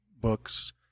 books